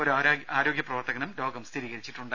ഒരു ആരോഗ്യ പ്രവർത്തകനും രോഗം സ്ഥിരീകരിച്ചിട്ടുണ്ട്